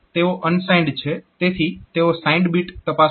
તેઓ અનસાઇન્ડ છે તેથી તેઓ સાઇન્ડ બીટ તપાસતા નથી